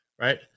Right